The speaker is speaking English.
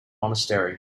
monastery